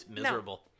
miserable